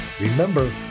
Remember